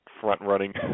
front-running